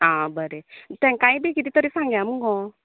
आं तेंक्याय बी किते तरी सांगया मुगो